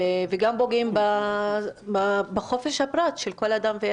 וגם פוגעים בחופש הפרט של כל אדם.